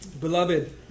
Beloved